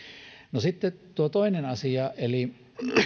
no sitten tuo toinen asia eli